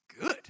good